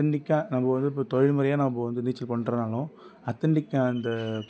அத்தன்டிக்காக நம்ம வந்து இப்போ தொழில்முறையாக நம்ம வந்து நீச்சல் பண்ணுறனாலும் அத்தன்டிக்காக அந்த